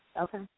okay